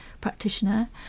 practitioner